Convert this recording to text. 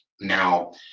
Now